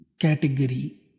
category